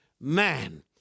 man